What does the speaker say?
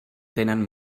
tenen